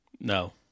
No